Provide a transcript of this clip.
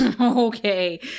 Okay